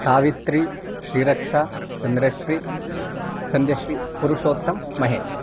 सावित्री श्रिरक्षा सन्द्रश्रि सन्ध्यश्री पुरुषोत्तमः महेशः